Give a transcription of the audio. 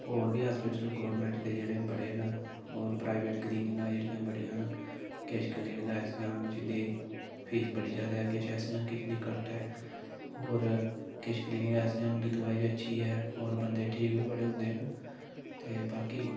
होर बी hospital government दे जेह्ड़े बड़े न होर प्राइवेट क्लिनिकां जेह्ड़ियां बड़ियां न किश क्लिनिकां ऐसियां न जिंदी फीस बड़ी ज्यादा किश ऐसियां न कि जिंदी घट्ट ऐ होर किश क्लिनिकां ऐसियां न जिंदी दवाई अच्छी ऐ होर बंदे ठीक बी बड़े होंदे न ते बाकी